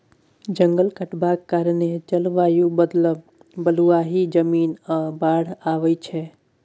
जंगल कटबाक कारणेँ जलबायु बदलब, बलुआही जमीन, आ बाढ़ि आबय छै